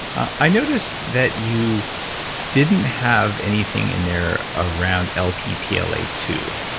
i noticed that you didn't have anything in there around lp p l a two,